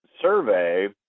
survey